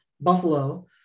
Buffalo